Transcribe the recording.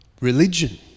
religion